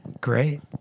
Great